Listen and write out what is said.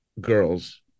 girls